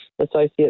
Associate